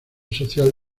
social